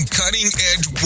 cutting-edge